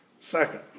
Second